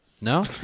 No